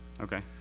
Okay